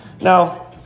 Now